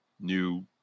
new